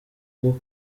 bwo